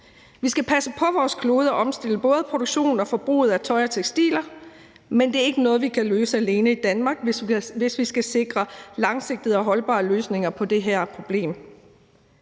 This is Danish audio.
Vi skal passe på vores klode og omstille både produktionen og forbruget af tøj og tekstiler, men det er ikke noget, vi kan løse alene i Danmark, hvis vi skal sikre langsigtede og holdbare løsninger på det her problem.